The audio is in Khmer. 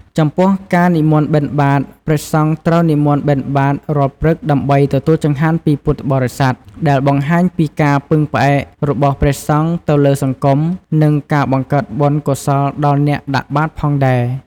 ចំពោះការនិមន្តបិណ្ឌបាត្រ ព្រះសង្ឃត្រូវនិមន្តបិណ្ឌបាត្ររាល់ព្រឹកដើម្បីទទួលចង្ហាន់ពីពុទ្ធបរិស័ទ ដែលបង្ហាញពីការពឹងផ្អែករបស់ព្រះសង្ឃទៅលើសង្គម និងការបង្កើតបុណ្យកុសលដល់អ្នកដាក់បាត្រផងដែរ។